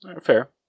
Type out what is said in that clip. Fair